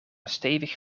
stevig